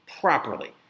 properly